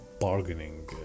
bargaining